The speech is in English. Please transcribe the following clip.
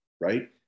right